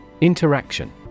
Interaction